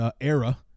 era